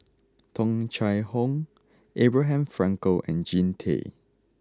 Tung Chye Hong Abraham Frankel and Jean Tay